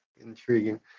intriguing